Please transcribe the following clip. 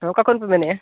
ᱚᱠᱟ ᱠᱷᱚᱱ ᱯᱮ ᱢᱮᱱᱮᱫᱼᱟ